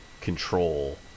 control